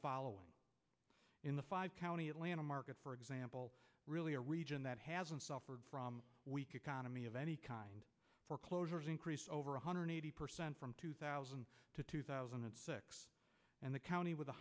following in the five county atlanta market for example really a region that has suffered from weak economy of any foreclosures increased over one hundred eighty percent from two thousand to two thousand and six and the county with the